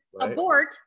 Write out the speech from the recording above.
abort